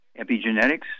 Epigenetics